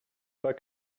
pas